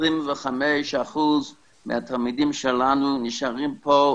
25% מהתלמידים שלנו נשארים פה,